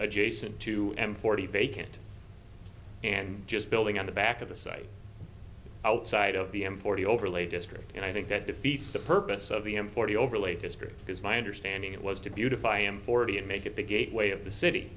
adjacent to them forty vacant and just building on the back of the site outside of the m forty overlay district and i think that defeats the purpose of the m forty overlayed history is my understanding it was to beautify am forty and make it the gateway of the city